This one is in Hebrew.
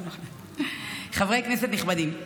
חברי כנסת נכבדים,